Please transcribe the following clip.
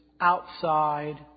outside